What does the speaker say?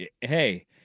hey